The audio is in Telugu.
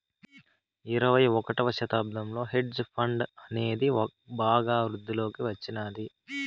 ఇరవై ఒకటవ శతాబ్దంలో హెడ్జ్ ఫండ్ అనేది బాగా వృద్ధిలోకి వచ్చినాది